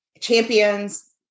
champions